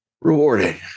rewarding